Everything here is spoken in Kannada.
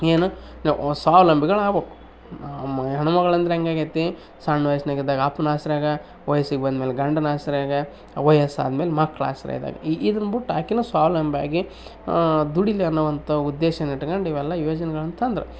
ಏನು ಸ್ವಾವಲಂಬಿಗಳು ಆಗಬೇಕು ಹೆಣ್ಣುಮಗ್ಳು ಅಂದ್ರೆ ಹೆಂಗೆ ಆಗೈತಿ ಸಣ್ಣ ವಯಸ್ನಾಗೆ ಇದ್ದಾಗ ಅಪ್ಪನ ಆಶ್ರಯಾಗ ವಯಸ್ಸಿಗೆ ಬಂದಮೇಲೆ ಗಂಡನ ಆಶ್ರಯಾಗ ವಯಸ್ಸು ಆದಮೇಲೆ ಮಕ್ಕಳ ಆಶ್ರಯದಾಗ ಇದನ್ನು ಬಿಟ್ಟು ಆಕೆಯೂ ಸ್ವಾವಲಂಬಿಯಾಗಿ ದುಡಿಲಿ ಅನ್ನೋವಂಥ ಉದ್ದೇಶನ ಇಟ್ಕೊಂಡು ಇವೆಲ್ಲ ಯೋಜನೆಗಳನ್ನು ತಂದರು